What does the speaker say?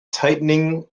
tightening